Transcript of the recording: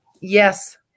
Yes